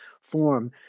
form